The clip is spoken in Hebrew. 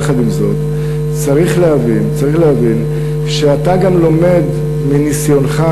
צריך להבין שאתה גם לומד מניסיונך,